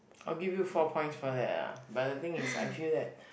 I'll give you four points for that lah but the thing is I feel that